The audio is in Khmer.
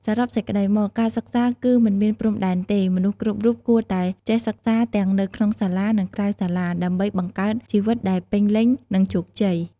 សរុបសេចក្តីមក ការសិក្សាគឺមិនមានព្រំដែនទេ មនុស្សគ្រប់រូបគួរតែចេះសិក្សាទាំងនៅក្នុងសាលា និងក្រៅសាលា ដើម្បីបង្កើតជីវិតដែលពេញលេញ និងជោគជ័យ។